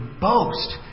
boast